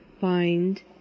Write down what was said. find